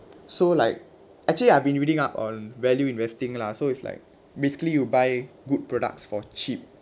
so like actually I've been reading up on value investing lah so it's like basically you buy good products for cheap